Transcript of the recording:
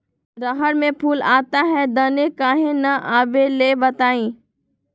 रहर मे फूल आता हैं दने काहे न आबेले बताई?